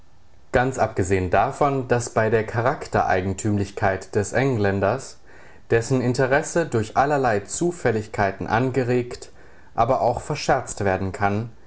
ganz abgesehen davon daß bei der charakter eigentümlichkeit des engländers dessen interesse durch allerlei zufälligkeiten angeregt aber auch verscherzt werden kann